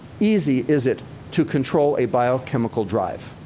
easy is it to control a biochemical drive?